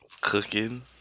Cooking